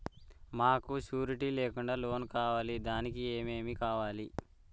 మాకు షూరిటీ లేకుండా లోన్ కావాలి దానికి ఏమేమి కావాలి?